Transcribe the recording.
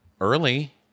early